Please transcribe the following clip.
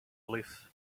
live